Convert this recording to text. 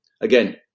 again